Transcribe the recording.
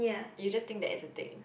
you just think that it's the thing